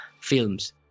films